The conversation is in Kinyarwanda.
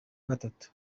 gatatu